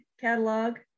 catalog